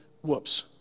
whoops